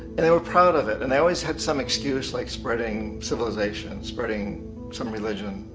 and they were proud of it. and they always had some excuse like spreading civilization, spreading some religion,